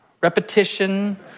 repetition